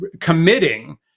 committing